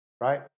right